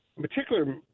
particular